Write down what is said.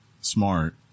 smart